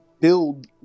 build